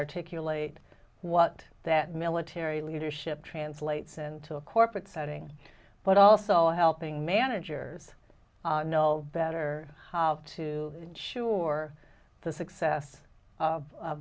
articulate what that military leadership translates into a corporate setting but also helping managers know better how to ensure the success of